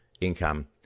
income